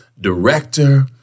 director